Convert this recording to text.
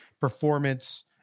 performance